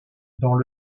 dans